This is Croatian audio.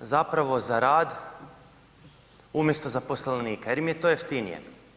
zapravo za rad umjesto zaposlenika jer im je to jeftinije.